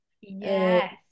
Yes